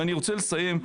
אני רוצה לסיים,